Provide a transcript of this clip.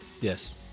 Yes